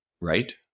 right